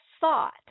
thought